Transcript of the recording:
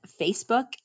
Facebook